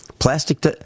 Plastic